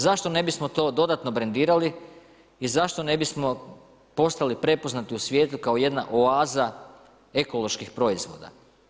Zašto ne bismo to dodatno brendirali i zašto ne bismo postali prepoznati u svijetu kao jedna oaza ekoloških proizvoda?